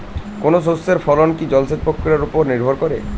কোনো শস্যের ফলন কি জলসেচ প্রক্রিয়ার ওপর নির্ভর করে?